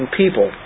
people